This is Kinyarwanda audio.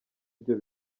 byo